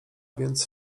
więc